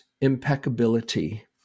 impeccability